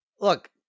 Look